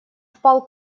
впал